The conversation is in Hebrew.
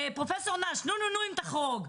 פרופ' אש, נו-נו-נו אם תחרוג.